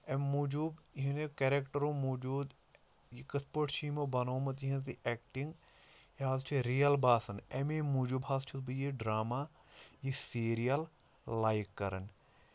اَمہِ موٗجوٗب یِہنٛدیو کیٚریٚکٹرو موٗجوٗد یہِ کٕتھ پٲٹھۍ چھُ یِمو بَنومُت یِہنٛز یہِ ایٚکٹِنگ یہِ حظ چھُ رِیل باسان اَمے موٗجوٗب حظ چھُس بہٕ یہِ ڈرٛاما یہِ سیٖریل لایِک کَران